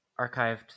archived